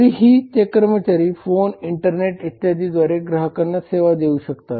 तरीही ते कर्मचारी फोन इंटरनेट इत्यादीद्वारे ग्राहकांना सेवा देऊ शकतात